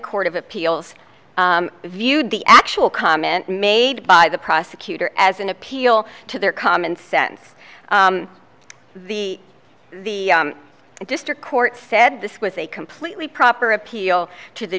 court of appeals viewed the actual comment made by the prosecutor as an appeal to their common sense the the district court said this was a completely proper appeal to the